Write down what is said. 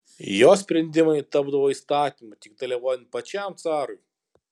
jo sprendimai tapdavo įstatymu tik dalyvaujant pačiam carui